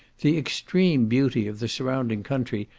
the extreme beauty of the surrounding country,